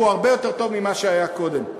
והוא הרבה יותר טוב ממה שהיה קודם.